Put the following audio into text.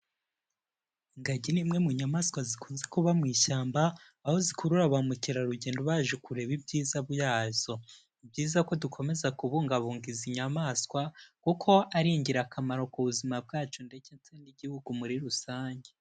Ingagi ni imwe mu nyamaswa zikunze kuba mu ishyamba, aho zikurura ba mukerarugendo baje kureba ibyiza byazo, ni byiza ko dukomeza kubungabunga izi nyamaswa kuko ari ingirakamaro ku buzima bwacu ndetse n'igihugu muri rusange.